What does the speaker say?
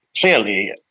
clearly